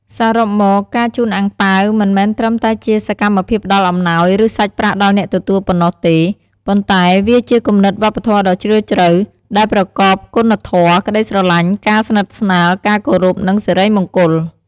សរុបមក ការជូនអាំងប៉ាវមិនមែនត្រឹមតែជាសកម្មភាពផ្តល់អំណោយ ឬសាច់ប្រាក់ដល់អ្នកទទួលប៉ុណ្ណោះទេ ប៉ុន្តែវាជាគំនិតវប្បធម៌ដ៏ជ្រាលជ្រៅ ដែលប្រកបគុណធម៌ ក្តីស្រឡាញ់ ការស្និទ្ធស្នាល ការគោរព និងសិរីមង្គល។